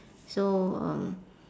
so um